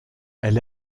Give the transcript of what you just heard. elle